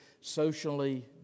socially